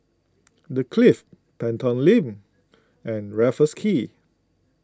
the Clift Pelton Link and Raffles Quay